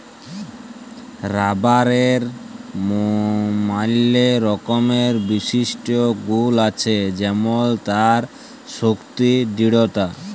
রাবারের ম্যালা রকমের বিশিষ্ট গুল আছে যেমল তার শক্তি দৃঢ়তা